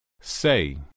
Say